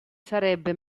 sarebbe